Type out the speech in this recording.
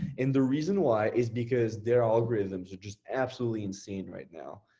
and the reason why is because their algorithms are just absolutely insane right now.